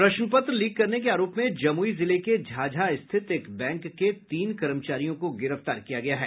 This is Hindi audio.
प्रश्न पत्र लिक करने के आरोप में जमुई जिले के झाझा स्थित एक बैंक के तीन कर्मचारियों को गिरफ्तार किया गया है